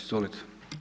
Izvolite.